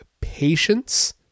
patience